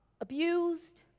abused